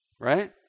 right